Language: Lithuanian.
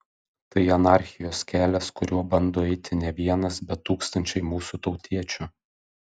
tai anarchijos kelias kuriuo bando eiti ne vienas bet tūkstančiai mūsų tautiečių